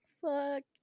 fuck